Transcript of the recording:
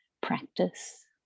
practice